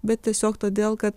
bet tiesiog todėl kad